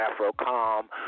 Afrocom